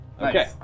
Okay